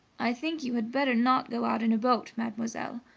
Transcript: i think you had better not go out in a boat, mademoiselle,